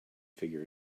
figure